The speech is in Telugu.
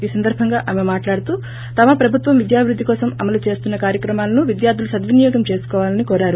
ఈ సందర్బంగా ఆమే మాట్లాడుతూ తమ ప్రభుత్వం విద్యాభివృద్ది కోసం అమలు చేస్తున్న కార్యక్రమాలను విద్యార్ధులు సద్వినియోగం చేసుకోవాలకి ఆమె కోరారు